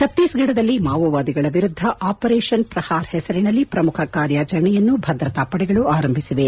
ಛತ್ತೀಸ್ಗಢದಲ್ಲಿ ಮಾವೋವಾದಿಗಳ ವಿರುದ್ದ ಆಪರೇಷನ್ ಪ್ರಹಾರ್ ಹೆಸರಿನಲ್ಲಿ ಪ್ರಮುಖ ಕಾರ್ಯಾಚರಣೆಯನ್ನು ಭದ್ರತಾ ಪಡೆಗಳು ಆರಂಭಿಸಿವೆ